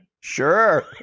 Sure